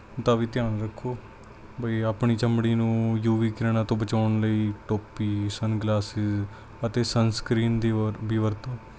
ਦਾ ਵੀ ਧਿਆਨ ਰੱਖੋ ਬਈ ਆਪਣੀ ਚਮੜੀ ਨੂੰ ਯੂ ਵੀ ਕ੍ਰਿਰਨਾ ਤੋਂ ਬਚਾਉਣ ਲਈ ਟੋਪੀ ਸਨ ਗਲਾਸਿਸ ਅਤੇ ਸਨਸਕ੍ਰੀਮ ਦੀ ਵਰਤੋਂ ਵੀ ਵਰਤੋਂ